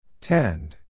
Tend